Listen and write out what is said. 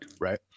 Right